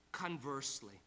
Conversely